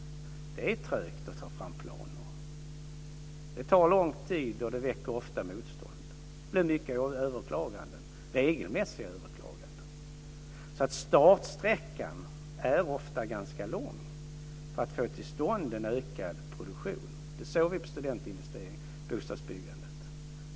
Det är trögt att ta fram planer. Det tar lång tid, och det väcker ofta motstånd, med många överklaganden, regelmässigt. Startsträckan är ofta ganska lång för att få till stånd en ökad produktion. Det såg vi på studentbostadsbyggandet.